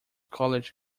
college